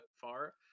far